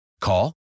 Call